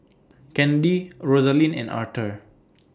Kennedi Rosalind and Arther